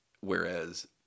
Whereas